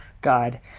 god